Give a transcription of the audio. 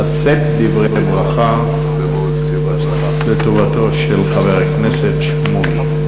לשאת דברי ברכה לטובתו של חבר הכנסת שמולי.